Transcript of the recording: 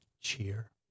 cheer